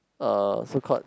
uh food court